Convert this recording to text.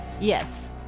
Yes